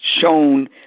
shown